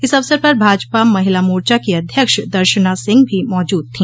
इस अवसर पर भाजपा महिला मोर्चा की अध्यक्ष दर्शना सिंह भी मौजूद थी